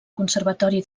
conservatori